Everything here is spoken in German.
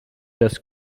das